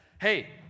hey